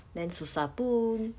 then susah pun